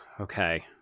Okay